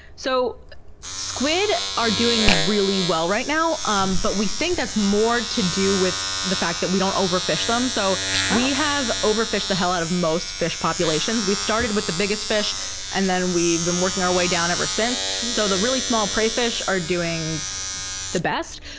so squid are doing really well right now, um but we think that's more to do with the fact that we don't overfish them. so we have overfished the hell out of most fish populations. we started with the biggest fish and then we've been working our way down ever since. so the really small prey fish are doing the best.